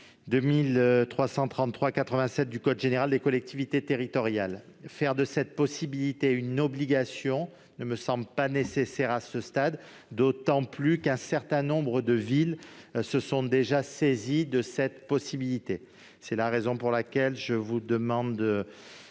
2333-87 du code général des collectivités territoriales. Faire de cette possibilité une obligation ne me semble pas nécessaire à ce stade, d'autant moins qu'un certain nombre de villes se sont déjà saisies de cette possibilité. C'est la raison pour laquelle je demande